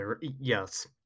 Yes